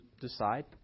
decide